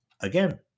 again